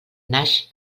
naix